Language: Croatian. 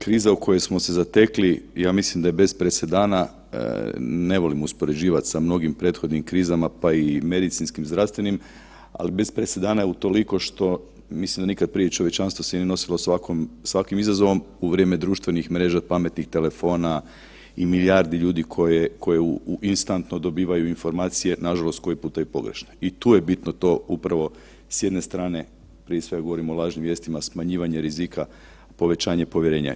Kriza u kojoj smo se zatekli ja mislim da je bez presedana, ne volim uspoređivat sa mnogim prethodnim krizama pa i medicinskim, zdravstvenim ali bez presedana je utoliko što mislim da nikad prije čovječanstvo se nije nosilo s ovakvim izazovom u vrijeme društvenih mreža, pametnih telefona i milijardi koje instantno dobivaju informacije nažalost koji puta i pogrešne i tu je bitno tu upravo s jedne strane prije svega govorim o lažnim vijesti, smanjivanje rizika, povećanje povjerenja.